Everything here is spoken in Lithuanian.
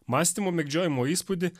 mąstymo mėgdžiojimo įspūdį